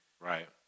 right